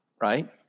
right